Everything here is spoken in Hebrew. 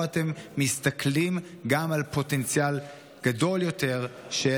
או אתם מסתכלים גם על פוטנציאל גדול יותר של